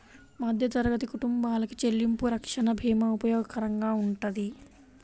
మధ్యతరగతి కుటుంబాలకి చెల్లింపు రక్షణ భీమా ఉపయోగకరంగా వుంటది